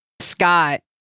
Scott